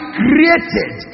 created